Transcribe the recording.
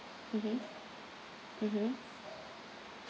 mmhmm mmhmm